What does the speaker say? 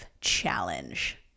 Challenge